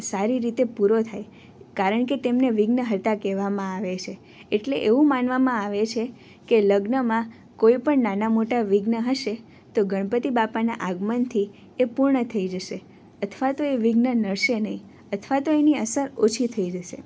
સારી રીતે પૂરો થાય કારણ કે તેમને વિઘ્નહર્તા કહેવામાં આવે છે એટલે એવું માનવામાં આવે છે કે લગ્નમાં કોઈપણ નાના મોટા વિઘ્ન હશે તો ગણપતિ બાપાનાં આગમનથી એ પૂર્ણ થઈ જશે અથવા તો એ વિઘ્ન નડશે નહીં અથવા તો એની અસર ઓછી થઈ જશે